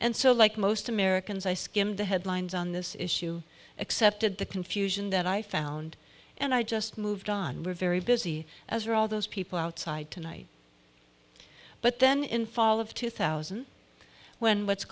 and so like most americans i skimmed the headlines on this issue accepted the confusion that i found and i just moved on we're very busy as are all those people outside tonight but then in fall of two thousand when what's